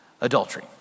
adultery